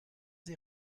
sie